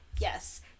Yes